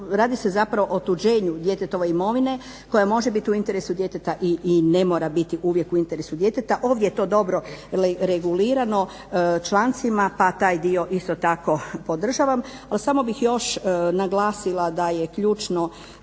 radi se zapravo o otuđenju djetetove imovine koja može biti u interesu djeteta i ne mora biti uvijek u interesu djeteta. Ovdje je to dobro regulirano člancima pa taj dio isto tako podržavam. Ali samo bih još naglasila da je ključno